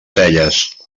celles